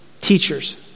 teachers